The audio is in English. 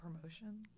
promotion